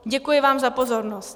Děkuji vám za pozornost.